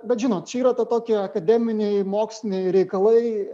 bet žinot čia yra tie tokie akademiniai moksliniai reikalai